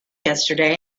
yesterday